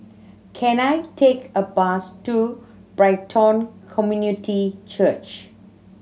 can I take a bus to Brighton Community Church